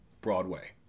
Broadway